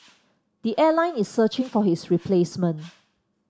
the airline is searching for his replacement